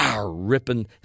ripping